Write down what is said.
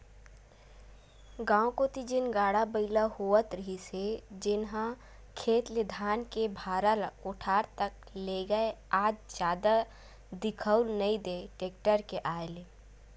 गाँव कोती जेन गाड़ा बइला होवत रिहिस हे जेनहा खेत ले धान के भारा ल कोठार तक लेगय आज जादा दिखउल नइ देय टेक्टर के आय ले